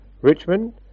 Richmond